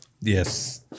Yes